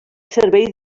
servei